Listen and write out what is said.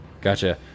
gotcha